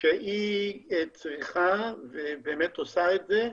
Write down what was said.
שצריכה ועושה את זה